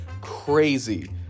crazy